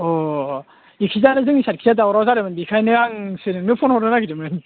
अ अ अ इखिजाय आरो जोंनि खाथजोजाय दावराव जादोंमोन इखायनो आंसो नोंनो फन हरनो नागेरदोंमोन